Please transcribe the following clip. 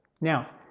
Now